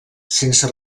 sense